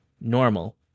normal